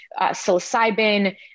psilocybin